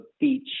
beach